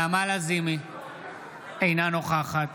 אינה נוכחת